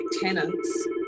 tenants